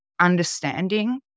understanding